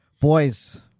boys